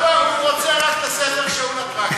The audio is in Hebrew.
לא, לא, הוא רוצה רק את הספר "שאול הטרקטור".